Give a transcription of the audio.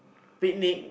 picnic